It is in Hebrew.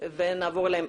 ונעבור אליהם.